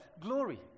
glory